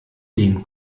dem